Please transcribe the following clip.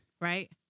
right